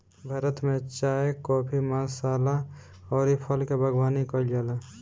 भारत में चाय, काफी, मसाला अउरी फल के बागवानी कईल जाला